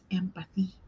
empathy